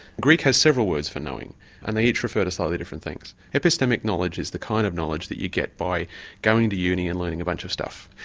greek has several words for knowing and they each refer to slightly different things. epistemic knowledge is the kind of knowledge that you get by going to uni and learning a bunch of stuff.